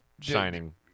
shining